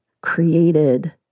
created